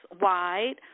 wide